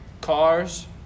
Cars